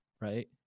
right